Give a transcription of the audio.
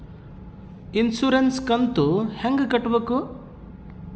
Insurance ಕಂತು ಹೆಂಗ ಕಟ್ಟಬೇಕು?